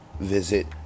Visit